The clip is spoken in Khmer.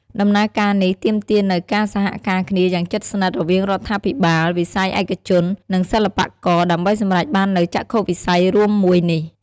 ដំណើរការនេះទាមទារនូវការសហការគ្នាយ៉ាងជិតស្និទ្ធរវាងរដ្ឋាភិបាល វិស័យឯកជន និងសិល្បករ ដើម្បីសម្រេចបាននូវចក្ខុវិស័យរួមមួយនេះ។